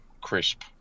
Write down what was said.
Crisp